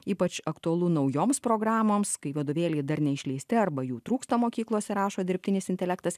ypač aktualu naujoms programoms kai vadovėliai dar neišleisti arba jų trūksta mokyklose rašo dirbtinis intelektas